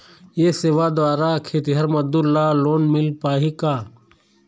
ये सेवा द्वारा खेतीहर मजदूर ला लोन मिल पाही का?